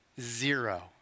zero